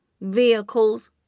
vehicles